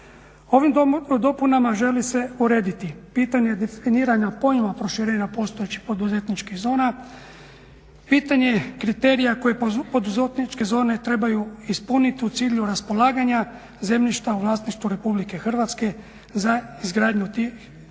Ovim dopunama želi se urediti pitanje definiranja pojma proširenja postojećih poduzetničkih zona, pitanje kriterija koje poduzetničke zone trebaju ispuniti u cilju raspolaganja zemljišta u vlasništvu Republike Hrvatske za izgradnju ili